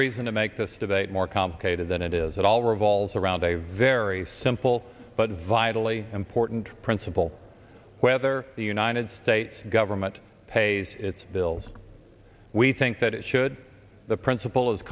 reason to make this debate more complicated than it is it all revolves around a very simple but vitally important principle whether the united states government pays its bills we think that it should the principle is